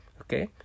okay